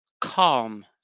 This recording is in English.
calm